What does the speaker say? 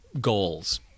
goals